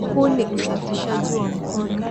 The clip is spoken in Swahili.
Huu ni usafishaji wa mikono.